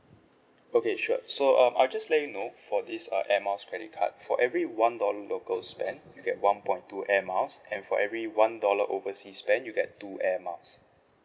okay sure so um I'll just let you know for this uh air miles credit card for every one dollar local spend you get one point two air miles and for every one dollar oversea spend you get two air miles